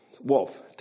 Wolf